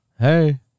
Hey